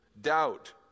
Doubt